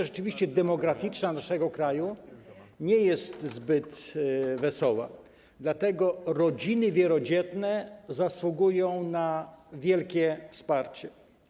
Rzeczywiście sytuacja demograficzna naszego kraju nie jest zbyt wesoła, dlatego rodziny wielodzietne zasługują na wielkie wsparcie.